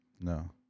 No